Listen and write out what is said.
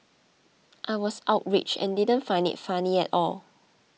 I was outraged and didn't find it funny at all